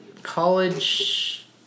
College